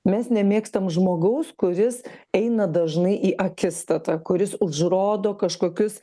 mes nemėgstam žmogaus kuris eina dažnai į akistatą kuris užrodo kažkokius